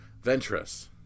Ventress